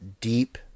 deep